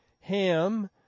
Ham